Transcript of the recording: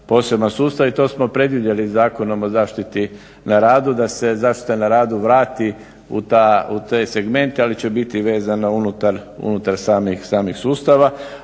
i to smo predvidjeli Zakonom o zaštiti na radu da se zaštita na radu vrati u te segmente ali će biti vezano unutar samih sustava.